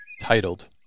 titled